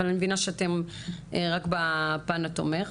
אבל אני מבינה שאם רק בפן התומך,